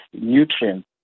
nutrients